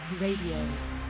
Radio